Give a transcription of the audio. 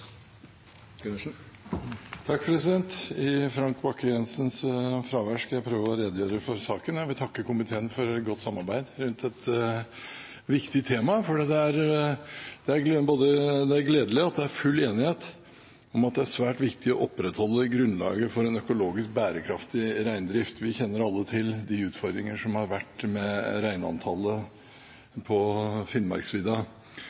fravær skal jeg prøve å redegjøre for saken. Jeg vil takke komiteen for godt samarbeid rundt et viktig tema. Det er gledelig at det er full enighet om at det er svært viktig å opprettholde grunnlaget for en økologisk bærekraftig reindrift. Vi kjenner alle til de utfordringer som har vært med